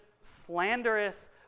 slanderous